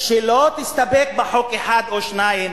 שלא תסתפק בחוק אחד או שניים,